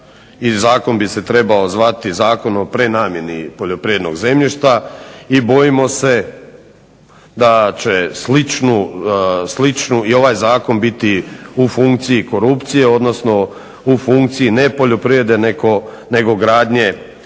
zakon bi se trebao zvati Zakon o prenamjeni poljoprivrednog zemljišta i bojimo se da će sličnu i ovaj zakon biti u funkciji korupcije, odnosno u funkciji ne poljoprivrede nego gradnje